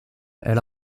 elle